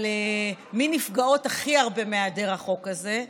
מי נפגעות הכי הרבה מהעדר החוק הזה?